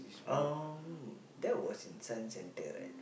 um that was in Science-Centre right